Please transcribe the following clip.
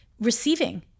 receiving